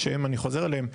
שאני חוזר עליהם,